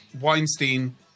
Weinstein